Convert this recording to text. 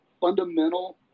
fundamental